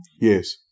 Yes